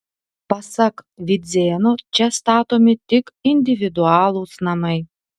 pasak vidzėno čia statomi tik individualūs namai